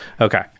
Okay